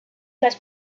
las